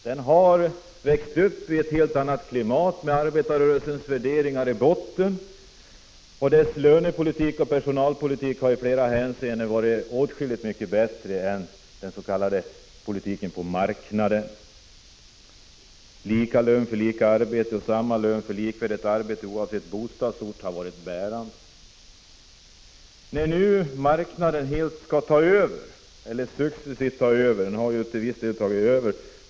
Den har växt upp i ett helt annat klimat med arbetarrörelsens värderingar i botten, och dess löneoch personalpolitik har i flera hänseenden varit mycket bättre än den politiken på marknaden. Lika lön för lika arbete och lika lön för likvärdigt arbete oavsett bostadsort har varit bärande. Nu skall alltså marknaden successivt ta över — den har redan till viss del tagit över.